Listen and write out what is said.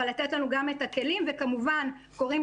אבל לתת לנו גם את הכלים וכמובן קוראים